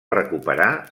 recuperar